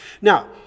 Now